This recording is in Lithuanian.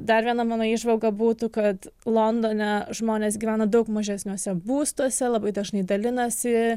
dar viena mano įžvalga būtų kad londone žmonės gyvena daug mažesniuose būstuose labai dažnai dalinasi